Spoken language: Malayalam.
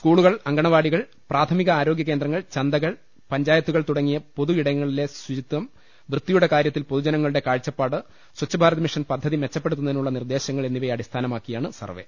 സ്കൂളുകൾ അങ്കണവാടികൾ പ്രാഥമിക ആരോഗ്യ കേന്ദ്രങ്ങൾ ചന്തകൾ പഞ്ചായത്തുകൾ തുടങ്ങിയ പൊ തുയിടങ്ങളിലെ ശുചിത്വം വൃത്തിയുടെ കാര്യത്തിൽ പൊതുജന ങ്ങളുടെ കാഴ്ചപ്പാട് സ്വച്ഛ് ഭാരത് മിഷൻ പദ്ധതി മെച്ചപ്പെടു ത്തുന്നതിനായുള്ള നിർദ്ദേശങ്ങൾ എന്നിവയെ അടിസ്ഥാനമാക്കി യാണ് സർവ്വെ